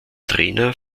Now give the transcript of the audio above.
trainer